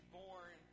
born